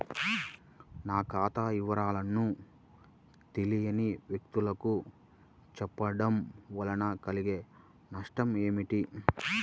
నా ఖాతా వివరాలను తెలియని వ్యక్తులకు చెప్పడం వల్ల కలిగే నష్టమేంటి?